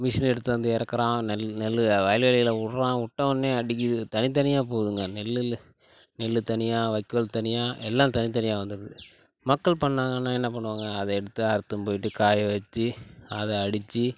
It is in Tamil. மிஷினை எடுத்துவந்து இறக்குறான் நெல் நெல் வயல்வெளியில் விட்றான் விட்டவொன்னே அடிக்குது தனித்தனியாக போகுதுங்க நெல்லுல்ல நெல் தனியாக வைக்கோல் தனியாக எல்லாம் தனித்தனியாக வந்துடுது மக்கள் பண்ணாங்கன்னா என்ன பண்ணுவாங்க அதை எடுத்து அறுத்துன்னு போய்ட்டு காயவெச்சு அதை அடித்து